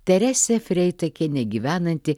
teresė freitakienė gyvenanti